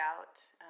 out